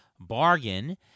bargain